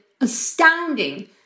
astounding